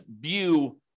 view